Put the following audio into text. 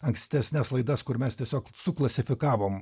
ankstesnes laidas kur mes tiesiog suklasifikavom